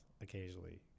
occasionally